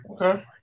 Okay